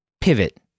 pivot